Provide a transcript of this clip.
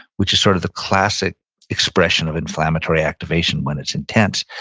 which is sort of the classic expression of inflammatory activation when it's intense,